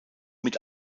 mit